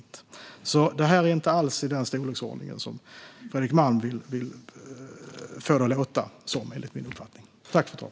Detta är alltså inte alls, enligt min uppfattning, i den storleksordning som Fredrik Malm vill få det att låta som.